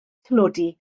tlodi